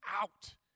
out